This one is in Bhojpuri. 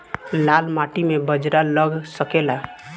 लाल माटी मे बाजरा लग सकेला?